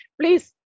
please